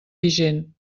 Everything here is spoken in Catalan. vigent